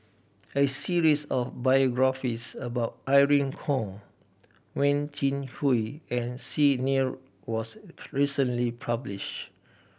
a series of biographies about Irene Khong Wen Jinhui and Xi Ni Er was recently publishe